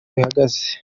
bihagaze